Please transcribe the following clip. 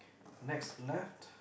next left